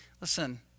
Listen